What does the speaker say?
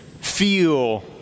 feel